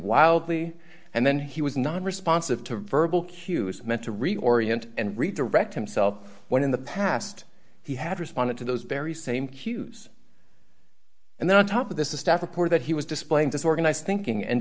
wildly and then he was not responsive to verbal cues meant to reorient and redirect himself when in the past he had responded to those very same cues and then on top of this is staff report that he was displaying disorganized thinking and